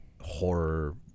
horror